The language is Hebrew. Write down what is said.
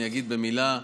אני אגיד במילה: